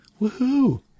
woohoo